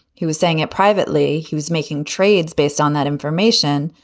he was saying it privately. he was making trades based on that information.